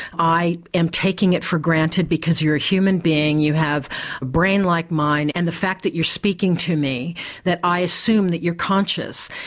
i am taking it for granted because you're a human being, you have a brain like mine and the fact that you're speaking to me that i assume that you're conscious.